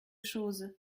chose